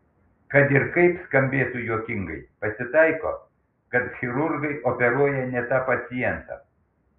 kad ir kaip skambėtų juokingai pasitaiko kad chirurgai operuoja ne tą pacientą